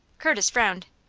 curtis frowned.